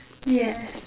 yeah